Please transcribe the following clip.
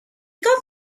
got